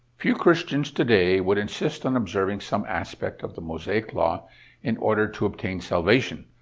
few christians today would insist on observing some aspect of the mosaic law in order to obtain salvation.